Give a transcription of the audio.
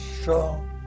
strong